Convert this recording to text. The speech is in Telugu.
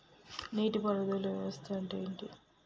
నీటి పారుదల వ్యవస్థ అంటే ఏంటి?